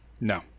No